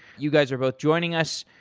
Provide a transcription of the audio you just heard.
you guys are both joining us.